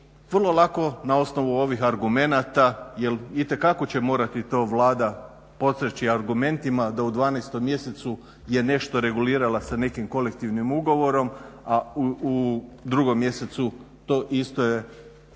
Vrlo lako na osnovu ovih argumenata jer itekako će morati to Vlada … argumentima da u 12. mjesecu je nešto regulirala sa nekim kolektivnim ugovorom, a u 2. mjesecu to isto je suspendirala